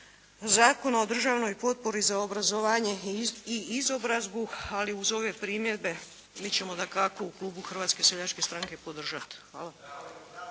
Zakona o državnoj potpori za obrazovanje i izobrazbu. Ali uz ove primjedbe mi ćemo dakako u klubu Hrvatske seljačke stranke podržati. Hvala.